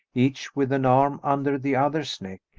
each with an arm under the other's neck,